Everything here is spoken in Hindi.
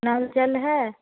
नल जल है